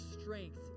strength